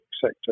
sector